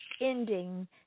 ending